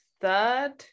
third